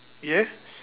yes